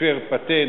שהפר פטנט,